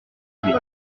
légers